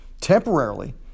temporarily